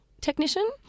technician